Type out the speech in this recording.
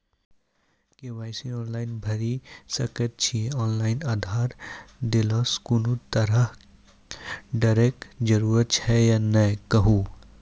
KYC online भैरि सकैत छी, ऑनलाइन आधार देलासॅ कुनू तरहक डरैक जरूरत छै या नै कहू?